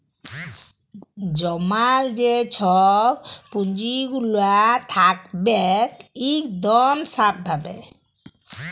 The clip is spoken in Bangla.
জমাল যে ছব পুঁজিগুলা থ্যাকবেক ইকদম স্যাফ ভাবে